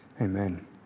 amen